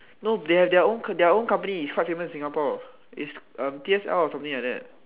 no they have their own their own company is quite famous in Singapore is T_S_L or something like that